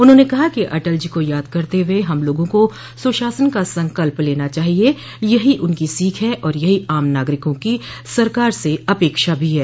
उन्होंने कहा कि अटल जी को याद करते हुए हम लोगों को सुशासन का संकल्प लेना चाहिए यही उनकी सीख है और यही आम नागरिकों की सरकार से अपेक्षा भी है